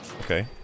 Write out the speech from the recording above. Okay